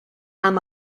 amb